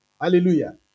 Hallelujah